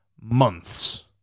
months